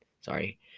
Sorry